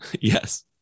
yes